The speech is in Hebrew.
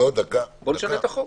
בוא נשנה את החוק.